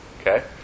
Okay